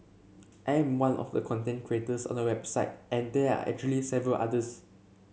I am one of the content creators on the website and there are actually several others